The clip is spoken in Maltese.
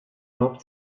logħob